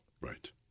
Right